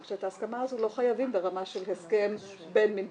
רק שאת ההסכמה הזו לא חייבים ברמה של הסכם בין-מדינתי.